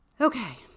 Okay